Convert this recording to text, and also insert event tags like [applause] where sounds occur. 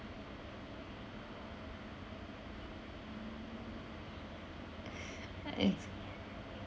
[breath] uh it's